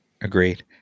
Agreed